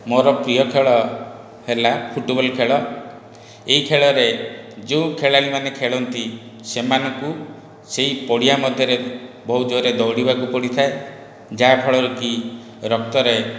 ମୋର ପ୍ରିୟ ଖେଳ ହେଲା ଫୁଟବଲ୍ ଖେଳ ଏହି ଖେଳରେ ଯେଉଁ ଖେଳାଳିମାନେ ଖେଳନ୍ତି ସେମାନଙ୍କୁ ସେହି ପଡ଼ିଆ ମଧ୍ୟରେ ବହୁ ଜୋରରେ ଦଉଡ଼ିବାକୁ ପଡ଼ିଥାଏ ଯାହା ଫଳରେକି ରକ୍ତରେ